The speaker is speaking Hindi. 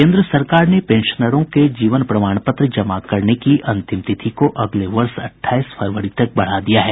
केन्द्र सरकार ने पेंशनरों के जीवन प्रमाण पत्र जमा करने की अंतिम तिथि को अगले वर्ष अट्ठाईस फरवरी तक बढ़ा दिया है